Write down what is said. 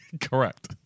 Correct